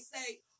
say